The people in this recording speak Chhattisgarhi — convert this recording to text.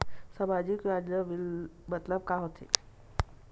सामजिक योजना मतलब का होथे?